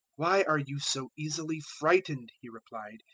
why are you so easily frightened, he replied,